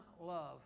love